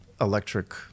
electric